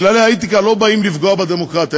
כללי האתיקה לא באים לפגוע בדמוקרטיה,